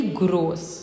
gross